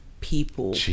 people